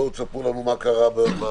בוא תספרו לנו מה קרה במחשוב.